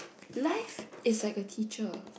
life is like a teacher